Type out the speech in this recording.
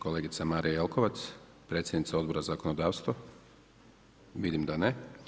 Kolegica Marija Jelkovac, predsjednica Odbora za zakonodavstvo, vidim da ne.